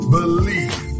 Believe